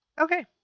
okay